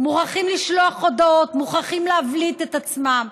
מוכרחים לשלוח הודעות, מוכרחים להבליט את עצמם.